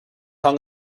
hung